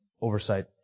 oversight